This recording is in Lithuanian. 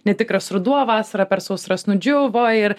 netikras ruduo vasarą per sausras nudžiuvo ir